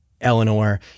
Eleanor